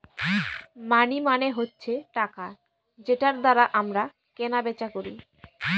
মানি মানে হচ্ছে টাকা যেটার দ্বারা আমরা কেনা বেচা করি